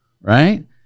right